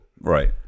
Right